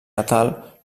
natal